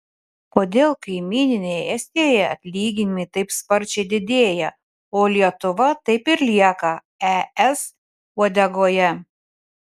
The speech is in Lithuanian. kodėl kaimynėje estijoje atlyginimai taip sparčiai didėja o lietuva taip ir lieka es uodegoje